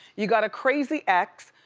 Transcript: you got a crazy ex.